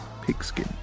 Pigskin